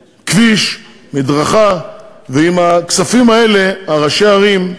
כביש, מדרכה, ועם הכספים האלה ראשי הערים,